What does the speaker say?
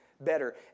better